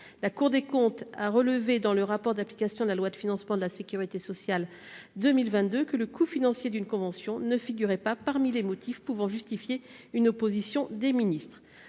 La Cour des comptes a relevé, dans le rapport 2022 sur l'application des lois de financement de la sécurité sociale, que le coût financier d'une convention ne figurait pas parmi les motifs pouvant justifier une opposition des ministres.